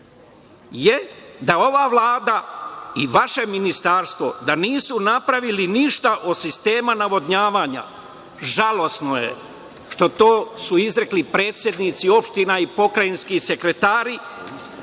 je da ova Vlada i vaše ministarstvo nisu napravili ništa od sistema navodnjavanja. Žalosno je što su to izrekli predsednici opština i pokrajinski sekretari,